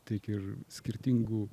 tik iš skirtingų